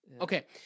Okay